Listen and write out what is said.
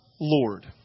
Lord